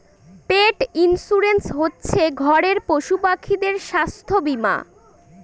পেট insurance হচ্ছে ঘরের পশুপাখিদের স্বাস্থ্য বীমা